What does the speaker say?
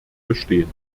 bestehen